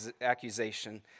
accusation